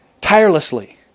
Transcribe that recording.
tirelessly